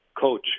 coach